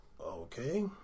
okay